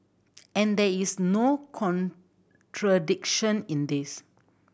and there is no contradiction in this